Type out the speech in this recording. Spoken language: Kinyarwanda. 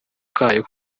kayo